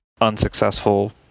unsuccessful